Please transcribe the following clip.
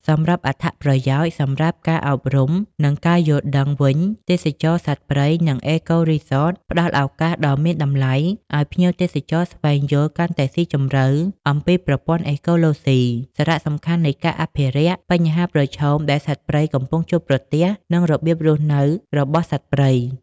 សម្រាប់់អត្ថប្រយោជន៍សម្រាប់ការអប់រំ និងការយល់ដឹងវិញ ទេសចរណ៍សត្វព្រៃ និង អេកូរីសត ផ្ដល់ឱកាសដ៏មានតម្លៃឱ្យភ្ញៀវទេសចរស្វែងយល់កាន់តែស៊ីជម្រៅអំពីប្រព័ន្ធអេកូឡូស៊ី សារៈសំខាន់នៃការអភិរក្ស បញ្ហាប្រឈមដែលសត្វព្រៃកំពុងជួបប្រទះ និងរបៀបរស់នៅរបស់សត្វព្រៃ។